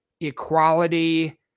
equality